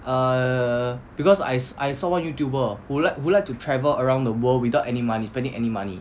err because I s~ I saw one YouTuber who like who like like to travel around the world without any money spending any money